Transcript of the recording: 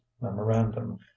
memorandum